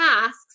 tasks